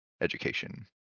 Education